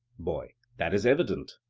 boy that is evident.